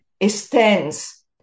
extends